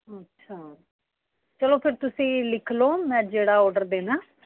ਅੱਛਾ ਚਲੋ ਫਿਰ ਤੁਸੀਂ ਲਿਖ ਲੋ ਮੈਂ ਜਿਹੜਾ ਓਡਰ ਦੇਣਾ